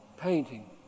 painting